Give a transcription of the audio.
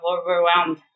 overwhelmed